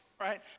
right